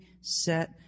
set